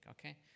okay